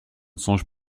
songe